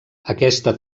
aquesta